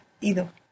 ido